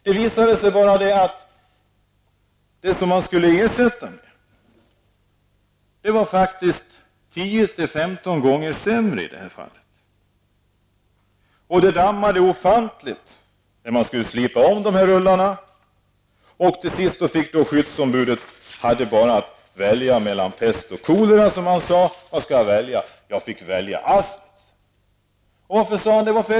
Då visade det sig att det materialet var 10--15 gånger sämre. Det dammade ofantligt, när man skulle slipa om rullarna. Till sist fick skyddsombudet välja mellan pest och kolera. Han fick välja asbest.